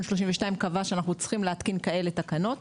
32 קבע שאנחנו צריכים להתקין כאלה תקנות